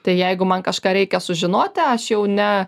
tai jeigu man kažką reikia sužinoti aš jau ne